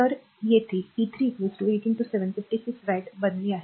तर ते येथे p3 8 7 56 वॅट बनलेले आहे